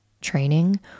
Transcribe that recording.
training